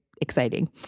exciting